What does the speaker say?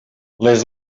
les